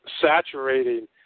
saturating